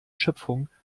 schöpfung